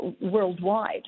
worldwide